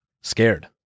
scared